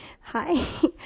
hi